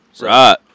Right